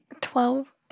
Twelve